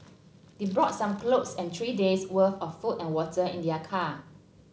they brought some clothes and three days' worth of food and water in their car